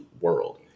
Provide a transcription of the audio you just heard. world